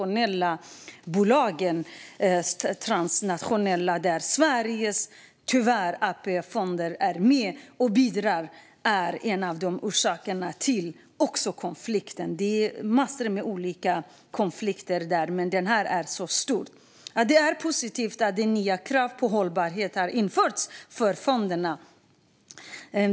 Dessa bolag är transnationella, där Sveriges AP-fonder tyvärr är med och bidrar. Detta är också en av orsakerna till konflikten. Det är massor med olika konflikter där, men denna är så stor. Det är positivt att nya krav på hållbarhet har införts för fonderna.